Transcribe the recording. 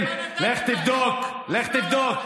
אבל התייקר, לך תבדוק, לך תבדוק.